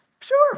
Sure